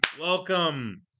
welcome